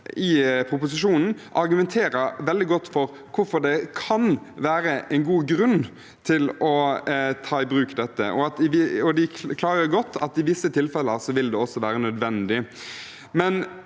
i proposisjonen argumenterer veldig godt for hvorfor det kan være god grunn for å ta dette i bruk, og de klargjør godt at i visse tilfeller vil det også være nødvendig.